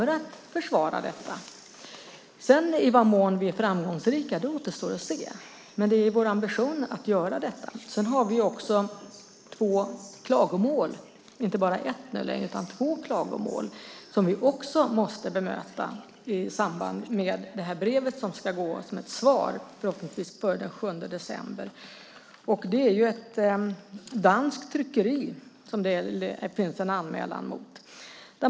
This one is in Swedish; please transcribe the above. I vad mån vi sedan är framgångsrika återstår att se. Men det är vår ambition att göra detta. Det finns nu inte längre bara ett utan två klagomål som vi också måste bemöta i samband med det brev som ska gå som ett svar förhoppningsvis före den 7 december. Det är ett danskt tryckeri som det finns en anmälan mot.